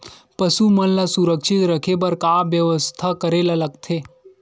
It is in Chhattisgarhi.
पशु मन ल सुरक्षित रखे बर का बेवस्था करेला लगथे?